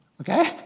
Okay